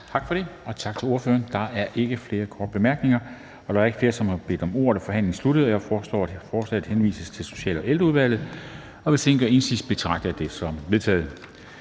Tak for det, og tak til ordføreren. Der er ikke flere korte bemærkninger. Da der ikke er flere, som har bedt om ordet, er forhandlingen sluttet. Jeg foreslår, at forslaget henvises til Social- og Ældreudvalget. Hvis ingen gør indsigelse, betragter jeg det som vedtaget.